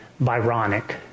Byronic